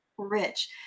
rich